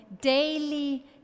daily